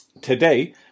Today